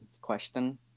question